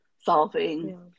solving